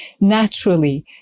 naturally